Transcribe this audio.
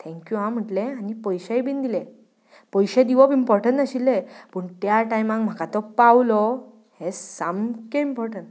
thank you आ म्हटलें आनी पयशेय बीन दिले पयशे दिवप इम्पॉटन आशिल्लें पूण त्या टायमाक म्हाका तो पावलो हें सामकें इम्पॉटन